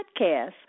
podcast